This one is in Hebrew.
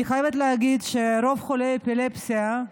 אני חייבת להגיד שרוב חולי האפילפסיה,